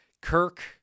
Kirk